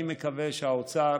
אני מקווה שהאוצר